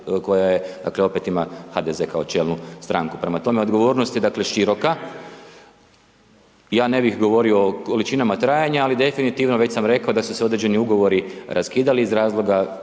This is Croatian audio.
koja je, dakle, opet ima HDZ kao čelnu stranku, prema tome je odgovornost je široka, ja ne bih govorio o količinama trajanja, ali definitivno, već sam rekao da su se određeni ugovori raskidali iz razloga,